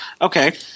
Okay